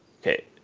Okay